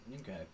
Okay